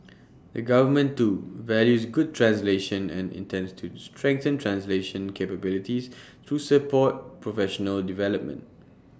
the government too values good translation and intends to strengthen translation capabilities through support professional development